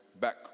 back